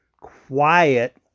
quiet